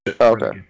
Okay